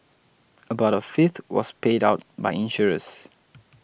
about a fifth was paid out by insurers